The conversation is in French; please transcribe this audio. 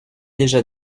déjà